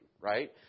right